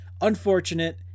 Unfortunate